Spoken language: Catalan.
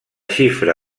xifra